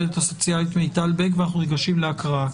ואנחנו ניגשים להקראה.